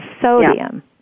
Sodium